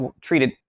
treated